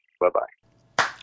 Bye-bye